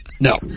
No